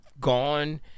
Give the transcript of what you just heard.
gone